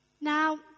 Now